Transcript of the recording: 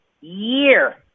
year